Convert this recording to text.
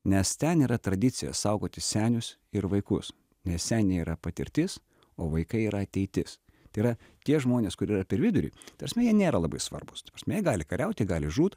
nes ten yra tradicija saugoti senius ir vaikus nes seniai yra patirtis o vaikai yra ateitis tai yra tie žmonės kur yra per vidurį ta prasme jie nėra labai svarbūs ta prasme jie gali kariauti gali žūt